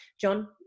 john